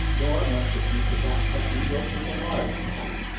nor must it be forgotten that new york is a large town,